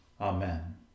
Amen